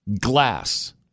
glass